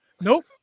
Nope